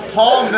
Paul